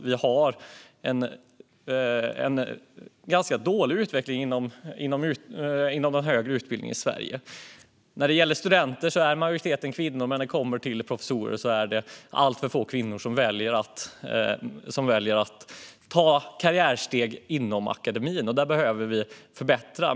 Vi har en ganska dålig utveckling inom den högre utbildningen i Sverige. Majoriteten av studenterna är kvinnor, men när det kommer till professorer är det alltför få kvinnor som väljer att ta karriärsteg inom akademin. Det behöver vi förbättra.